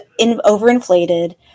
overinflated